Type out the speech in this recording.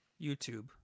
YouTube